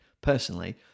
personally